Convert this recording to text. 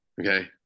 Okay